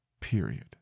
Period